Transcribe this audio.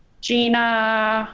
gina,